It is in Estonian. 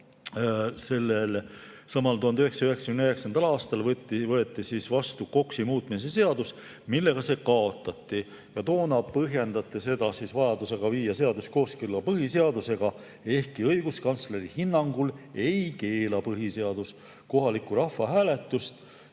sellelsamal 1999. aastal vastu KOKS‑i muutmise seadus, millega see kaotati. Toona põhjendati seda vajadusega viia seadus kooskõlla põhiseadusega, ehkki õiguskantsleri hinnangul ei keela põhiseadus kohalikku rahvahääletust